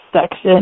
section